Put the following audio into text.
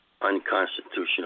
unconstitutional